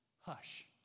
hush